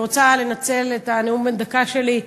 אני רוצה לנצל את הנאום בן הדקה שלי,